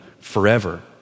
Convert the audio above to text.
forever